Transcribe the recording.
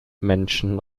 menschen